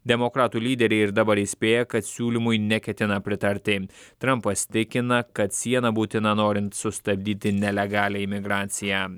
demokratų lyderiai ir dabar įspėja kad siūlymui neketina pritarti trampas tikina kad siena būtina norint sustabdyti nelegalią imigraciją